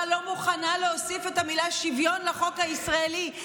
לא מוכנה להוסיף את המילה "שוויון" לחוק הישראלי,